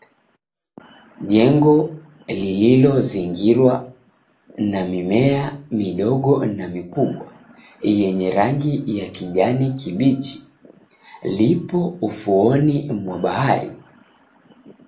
Jengo lililozingirwa na mimea midogo na mikubwa yenye rangi ya kijani kibichi lipo ufuoni mwa bahari.